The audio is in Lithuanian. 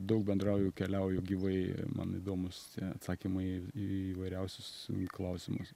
daug bendrauju keliauju gyvai man įdomūs atsakymai į įvairiausius klausimus